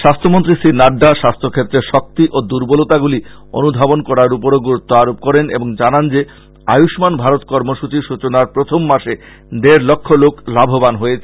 স্বাস্থ্যমন্ত্রী শ্রী নাড্ডা স্বাস্থ্য ক্ষেত্রের শক্তি ও দূর্বলতাগুলি অনুধাবন করার উপরও গুরুত্ব আরোপ করেন এবং জানান যে আয়ুম্মান ভারত কর্মসূচী সূচনার প্রথম মাসে দেড় লক্ষ লোক লাভবান হয়েছেন